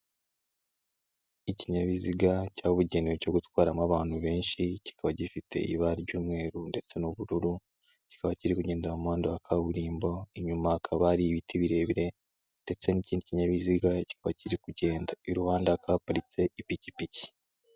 Ikinyabiziga cyabugenewe cyo gutwaramo abantu benshi kikaba gifite ibara ry'umweru ndetse n'ubururu, kikaba kiri kugendara mu muhanda wa kaburimbo, inyuma hakaba hari ibiti birebire ndetse n'ikindi kinyabiziga kikaba kiri kugenda, iruhande hakaba haparitse ipikipiki.